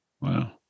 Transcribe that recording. Wow